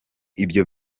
ibyo